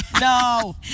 No